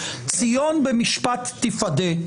ציון במשפט תיפדה,